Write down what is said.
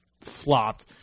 flopped